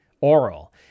oral